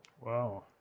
Wow